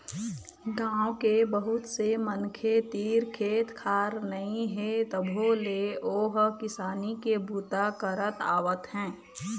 गाँव के बहुत से मनखे तीर खेत खार नइ हे तभो ले ओ ह किसानी के बूता करत आवत हे